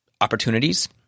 opportunities